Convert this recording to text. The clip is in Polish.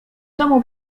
domu